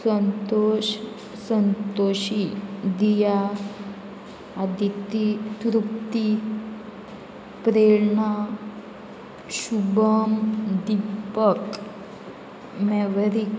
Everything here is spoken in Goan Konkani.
संतोश संतोशी दिया आदिती तृप्ती प्रेरणा शुभम दिपक मेवरीक